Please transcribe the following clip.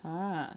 ah